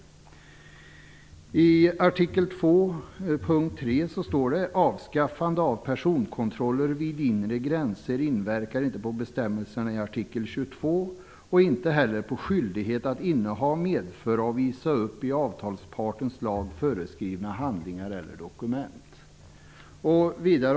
I artikel 2, punkt 3 står det: Avskaffande av personkontroller vid inre gränser inverkar inte på bestämmelserna i artikel 22 och inte heller på skyldighet att inneha, medföra och visa upp i avtalspartens lag föreskrivna handlingar eller dokument.